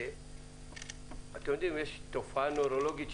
יש תופעה נוירולוגית,